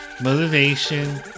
motivation